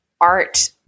art